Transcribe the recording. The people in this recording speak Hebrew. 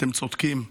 אתם צודקים.